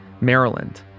Maryland